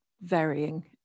varying